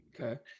Okay